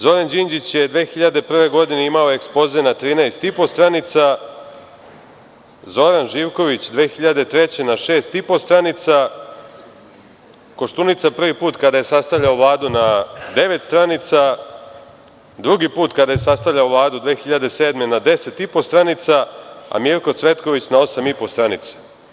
Zoran Đinđić je 2001. godine imao ekspoze na trinaest i po stranica, Zoran Živković 2003. godine na šest i po stranica, Koštunica prvi put kada je sastavljao Vladu na devet stranica, drugi put kada je sastavljao Vladu 2007. godine na deset i po stranica, a Mirko Cvetković na osam i po stranica.